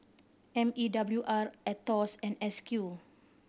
M E W R Aetos and S Q